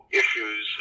issues